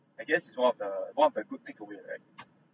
I guess is one of the one of the good takeaway right